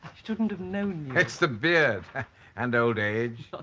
shouldn't have known you. it's the beard and old age